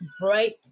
bright